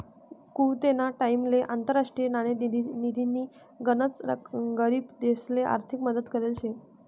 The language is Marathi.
कुवेतना टाइमले आंतरराष्ट्रीय नाणेनिधीनी गनच गरीब देशसले आर्थिक मदत करेल शे